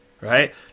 Right